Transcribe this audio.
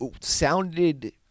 sounded